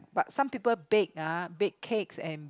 but some people bake ah bake cakes and